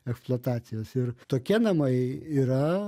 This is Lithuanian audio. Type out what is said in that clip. eksploatacijos ir tokie namai yra